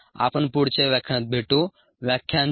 आपण पुढच्या व्याख्यानात भेटू व्याख्यान 4